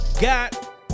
got